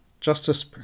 Justice